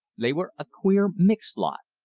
they were a queer, mixed lot.